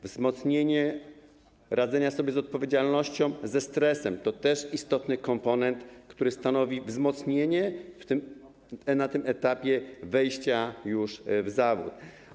Wzmocnienie radzenia sobie z odpowiedzialnością, ze stresem to też istotny komponent, który stanowi wzmocnienie na tym etapie wejścia w zawód.